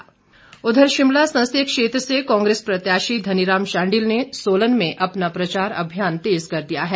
धनीराम शांडिल शिमला संसदीय क्षेत्र से कांग्रेस प्रत्याशी धनीराम शांडिल ने सोलन में अपना प्रचार अभियान तेज कर दिया है